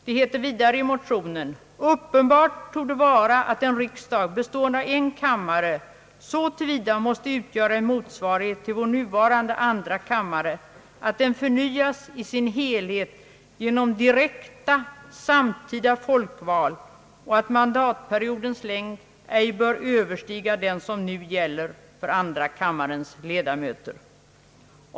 I motionen hette det vidare: »Uppenbart torde vara att en riksdag bestående av en kammare, så till vida måste utgöra en motsvarighet till vår nuvarande andra kammare, att den förnyas i sin helhet genom direkta samtidiga folkval och att mandatsperiodens längd ej bör överstiga den som nu gäller för andra kammarens ledamöter.